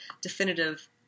definitive